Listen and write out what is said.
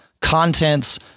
contents